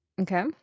okay